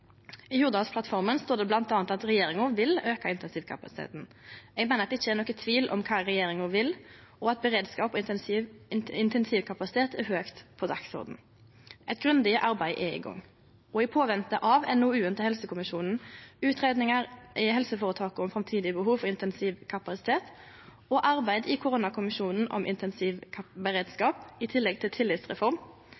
I Hurdalsplattforma står det bl.a. at regjeringa vil auke intensivkapasiteten. Eg meiner det ikkje er nokon tvil om kva regjeringa vil, og at beredskap og intensivkapasitet er høgt på dagsordenen. Eit grundig arbeid er i gang, og mens me ventar på NOU-en til helsekommisjonen, utgreiingar i helseforetaka om framtidige behov for intensivkapasitet, arbeidet i koronakommisjonen om